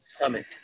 Summit